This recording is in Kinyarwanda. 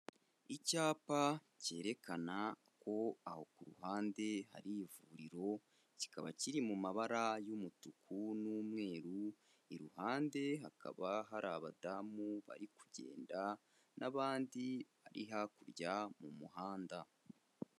Icyapa cyerekana ko aho ku ruhande hari ivuriro, kikaba kiri mu mabara y'umutuku n'umweru, iruhande hakaba hari aba damu bari kugenda n'abandi bari hakurya mu muhanda.